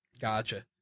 Gotcha